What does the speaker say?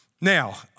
Now